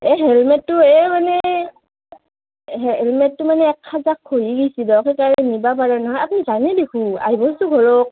এই হেলমেতটো এ মানে হেলমেতটো মানে এক খাজাক ঘঁহি গৈছে দিয়ক সেইকাৰণে নিব পৰা নাই আপুনি জানেই দেখোন আহিবচোন ঘৰত